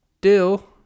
dill